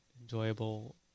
enjoyable